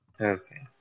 Okay